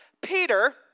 Peter